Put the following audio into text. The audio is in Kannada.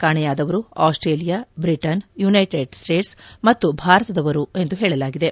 ಕಾಣೆಯಾದವರು ಆಸ್ಟ್ರೇಲಿಯಾ ಬ್ರಿಟನ್ ಯುನೈಟೆಡ್ ಸ್ಟೇಟ್ಸ್ ಮತ್ತು ಭಾರತದವರಾಗಿದ್ದಾರೆ